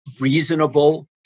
reasonable